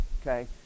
okay